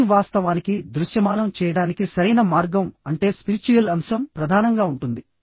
కానీ వాస్తవానికి దృశ్యమానం చేయడానికి సరైన మార్గం అంటే స్పిరిచ్యుయల్ అంశం ప్రధానంగా ఉంటుంది